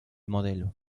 modelo